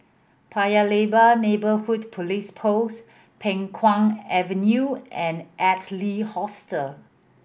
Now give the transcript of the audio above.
Paya Lebar Neighbourhood Police Post Peng Kang Avenue and Adler Hostel